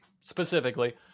specifically